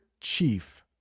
chief